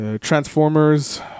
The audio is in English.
Transformers